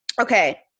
Okay